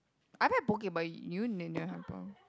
I like poke but you